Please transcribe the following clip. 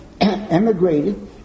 emigrated